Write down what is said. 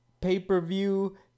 pay-per-view